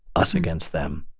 us against them.